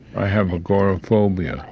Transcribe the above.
i have agoraphobia.